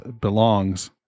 belongs